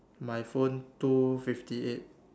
my phone two fifty eight